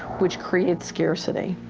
which creates scarcity.